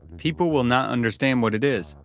people will not understand what it is.